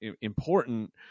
important